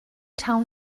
town